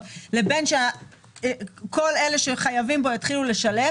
לבין זה שכל החייבים יתחילו לשלם.